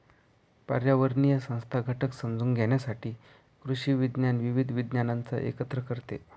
पर्यावरणीय संस्था घटक समजून घेण्यासाठी कृषी विज्ञान विविध विज्ञानांना एकत्र करते